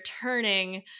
turning